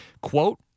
Quote